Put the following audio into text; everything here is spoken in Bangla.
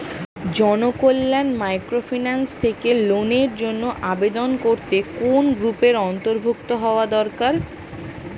জনকল্যাণ মাইক্রোফিন্যান্স থেকে লোনের জন্য আবেদন করতে কোন গ্রুপের অন্তর্ভুক্ত হওয়া দরকার?